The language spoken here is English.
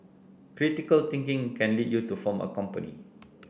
critical thinking can lead you to form a company